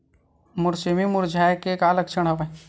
मोर सेमी मुरझाये के का लक्षण हवय?